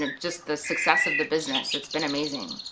ah just the success of the business, it's been amazing.